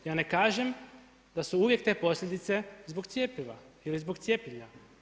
Ja ne kažem da su uvijek te posljedice zbog cjepiva ili zbog cijepljenja.